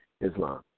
Islam